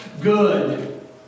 Good